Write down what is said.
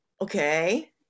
Okay